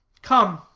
come,